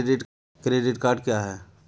Credit card क्या है?